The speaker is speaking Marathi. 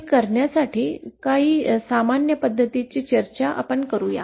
असे करण्याच्या काही सामान्य पद्धती वर चर्चा करू या